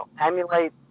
emulate